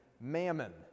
mammon